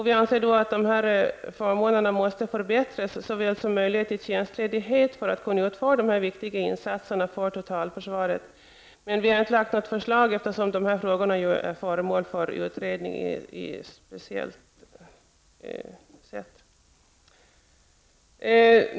Vi anser att instruktörsförmånerna måste förbättras liksom möjligheterna till tjänstledighet för att kunna utföra dessa viktiga insatser för totalförsvaret. Men vi har inte lagt fram något förslag eftersom dessa frågor är föremål för utredning.